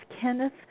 Kenneth